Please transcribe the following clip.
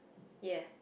ya